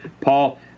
paul